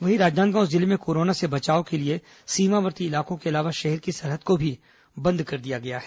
वहीं राजनांदगांव जिले में कोरोना से बचाव के लिए सीमावर्ती इलाकों के अलावा शहर की सरहद को भी बंद कर दिया गया है